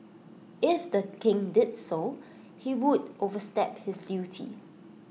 if the king did so he would overstep his duty